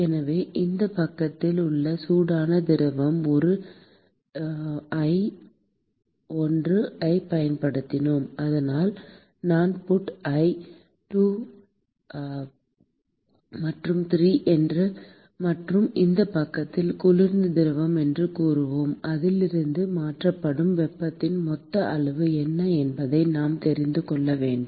எனவே இந்த பக்கத்தில் உள்ள சூடான திரவம் ஓ நான் 1 ஐப் பயன்படுத்தினேன் அதனால் I puT1 2 மற்றும் 3 மற்றும் இந்த பக்கத்தில் குளிர்ந்த திரவம் என்று கூறுவோம் அதில் இருந்து மாற்றப்படும் வெப்பத்தின் மொத்த அளவு என்ன என்பதை நான் தெரிந்து கொள்ள வேண்டும்